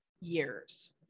years